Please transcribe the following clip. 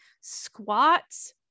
squats